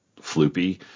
floopy